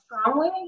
strongly